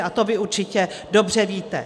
A to vy určitě dobře víte.